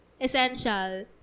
essential